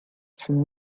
from